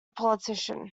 politician